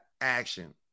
action